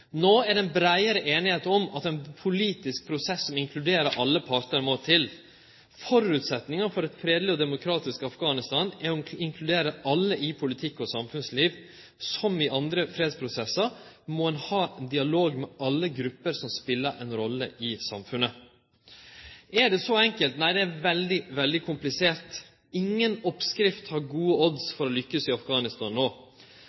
er det breiare einigheit om at ein politisk prosess som inkluderer alle partar, må til. Føresetnaden for eit fredeleg og demokratisk Afghanistan er å inkludere alle i politikk og samfunnsliv. Som i andre fredsprosessar må ein ha dialog med alle grupper som spelar ei rolle i samfunnet. Er det så enkelt? Nei, det er veldig, veldig komplisert. Inga oppskrift har gode